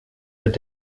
wird